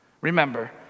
Remember